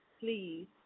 Please